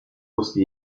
musste